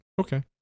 okay